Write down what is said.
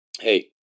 Hey